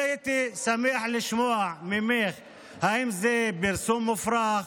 אני הייתי שמח לשמוע ממך האם זה פרסום מופרך.